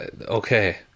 Okay